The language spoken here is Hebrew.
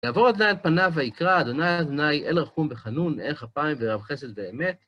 יעבור אדוני על פניו ויקרא, אדוני אדוני אל רחום וחנון, ארך אפיים ורב חסד ואמת.